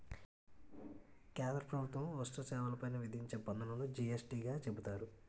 కేంద్ర ప్రభుత్వం వస్తు సేవల పైన విధించే పన్నులును జి యస్ టీ గా చెబుతారు